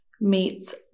meets